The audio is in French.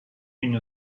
une